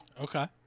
Okay